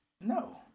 No